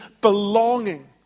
belonging